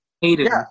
Hated